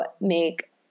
make